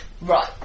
right